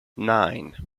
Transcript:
nine